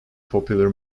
popular